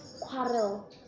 quarrel